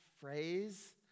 phrase